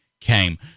came